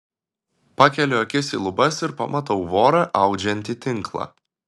pakeliu akis į lubas ir pamatau vorą audžiantį tinklą